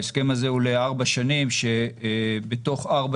ההסכם הזה הוא לארבע שנים שבתוך ארבע